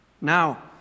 Now